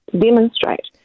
demonstrate